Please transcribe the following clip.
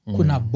Kuna